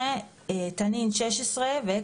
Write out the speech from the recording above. על מנת שניתן לשב"כ